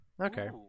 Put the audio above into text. Okay